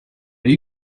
are